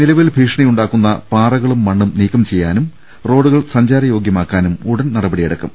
നിലവിൽ ഭീഷണിയുണ്ടാക്കുന്ന പാറകളും മണ്ണും നീക്കം ചെയ്യാനും റോഡുകൾ സഞ്ചാരയോഗൃമാ ക്കാനും ഉടൻ നടപടിയെടുക്കും